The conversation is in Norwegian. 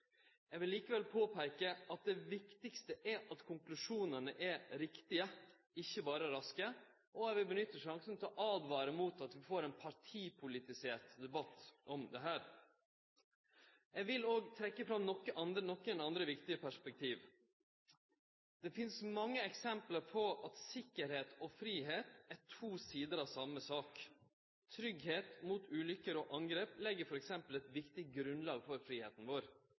Eg vil likevel påpeike at det viktigaste er at konklusjonane er riktige, ikkje berre raske, og eg vil nytte sjansen til å åtvare mot at vi får ein partipolitisk debatt om dette. Eg vil òg trekkje fram nokre andre viktige perspektiv. Det finst mange eksempel på at sikkerheit og fridom er to sider av same sak. Sikkerheit mot ulykker og angrep legg t.d. eit viktig grunnlag for fridomen vår.